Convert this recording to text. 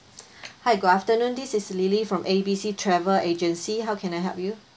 hi good afternoon this is lily from A B C travel agency how can I help you